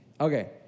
Okay